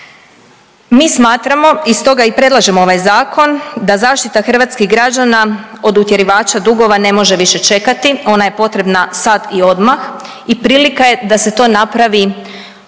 Mi smatramo i stoga i predlažemo ovaj Zakon da zaštita hrvatskih građana od utjerivača dugova ne može više čekati, ona je potrebna sad i odmah i prilika je da se to napravi ovdje,